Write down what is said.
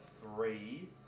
three